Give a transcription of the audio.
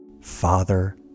father